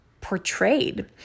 portrayed